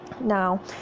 Now